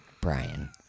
Brian